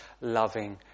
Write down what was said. loving